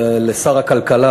כשר הכלכלה,